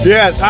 Yes